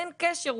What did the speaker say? אין קשר,